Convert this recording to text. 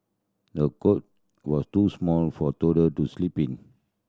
the cot was too small for toddler to sleep in